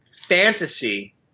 fantasy